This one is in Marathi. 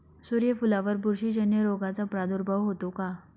सूर्यफुलावर बुरशीजन्य रोगाचा प्रादुर्भाव होतो का?